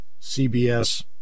CBS